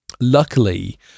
Luckily